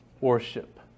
worship